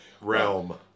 realm